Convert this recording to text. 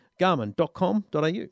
Garmin.com.au